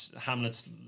Hamlet's